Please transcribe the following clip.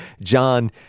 John